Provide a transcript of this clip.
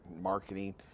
marketing